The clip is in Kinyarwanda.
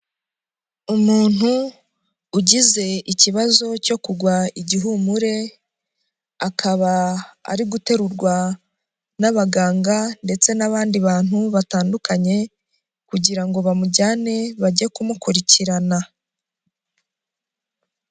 Umuntu ugize ikibazo cyo kugwa igihumure, akaba ari guterurwa n'abaganga ndetse n'abandi bantu batandukanye, kugira ngo bamujyane bajye kumukurikirana.